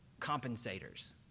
compensators